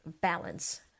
balance